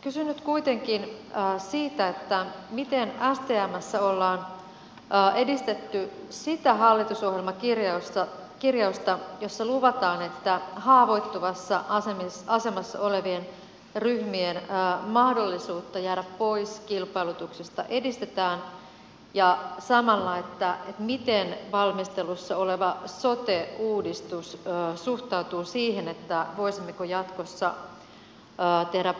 kysyn nyt kuitenkin siitä miten stmssä ollaan edistetty sitä hallitusohjelman kirjausta jossa luvataan että haavoittuvassa asemassa olevien ryhmien mahdollisuutta jäädä pois kilpailutuksesta edistetään ja samalla miten valmistelussa oleva sote uudistus suhtautuu siihen voisimmeko jatkossa tehdä